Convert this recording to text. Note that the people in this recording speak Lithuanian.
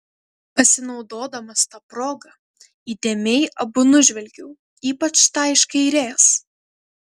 pasinaudodamas ta proga įdėmiai abu nužvelgiau ypač tą iš kairės